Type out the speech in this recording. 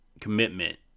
commitment